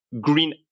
green